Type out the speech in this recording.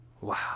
Wow